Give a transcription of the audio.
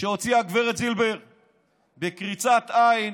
שהוציאה גב' זילבר בקריצת עין